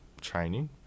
training